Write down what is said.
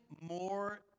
more